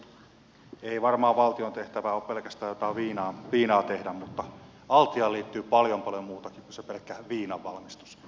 edustaja sasi ei varmaan valtion tehtävä ole pelkästään jotain viinaa tehdä mutta altiaan liittyy paljon paljon muutakin kuin se pelkkä viinanvalmistus